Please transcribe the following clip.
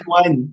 one